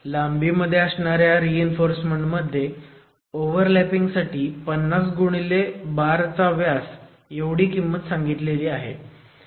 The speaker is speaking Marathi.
लांबीमध्ये असणाऱ्या री इंफोर्समेंट मध्ये ओव्हरलॅपिंगसाठी 50 गुणिले बार चा व्यास एवढी किंमत सांगितली आहे